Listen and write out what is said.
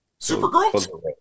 Supergirl